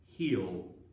heal